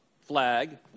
flag